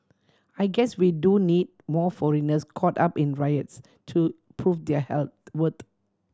I guess we do need more foreigners caught up in riots to prove their health worth